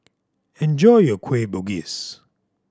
enjoy your Kueh Bugis